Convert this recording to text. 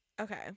Okay